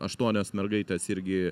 aštuonios mergaitės irgi